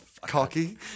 Cocky